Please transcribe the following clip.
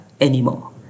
anymore